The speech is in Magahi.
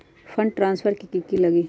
फंड ट्रांसफर कि की लगी?